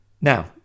Now